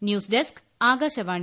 news desk Akashvani